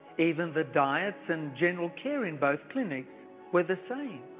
even the diets and general care in both clinics were the same.